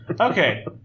Okay